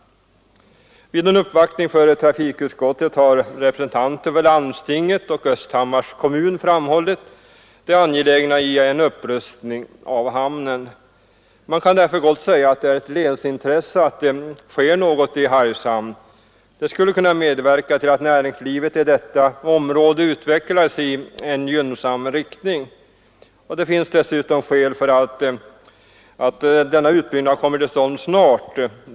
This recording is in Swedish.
Vid en uppvaktning för trafikutskottet har representanter för landstinget och Östhammars kommun framhållit det angelägna i en upprustning av hamnen. Man kan därför gott säga att det är ett länsintresse att det sker något i Hargshamn. Det skulle kunna medverka till att näringslivet i detta område utvecklades i gynnsam riktning. Dessutom finns det skäl för att denna utbyggnad kommer till stånd snart.